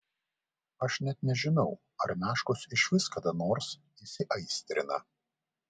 aš net nežinau ar meškos išvis kada nors įsiaistrina